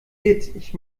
ich